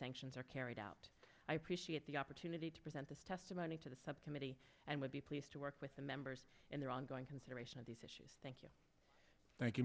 sanctions are carried out i appreciate the opportunity to present this testimony to the subcommittee and would be pleased to work with the members in their ongoing consideration of these issues thank you thank you